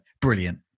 brilliant